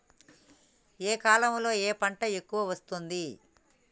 ఏ కాలంలో ఏ పంట ఎక్కువ వస్తోంది?